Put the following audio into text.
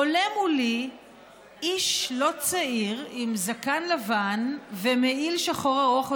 עולה מולי איש לא צעיר עם זקן לבן ומעיל שחור ארוך,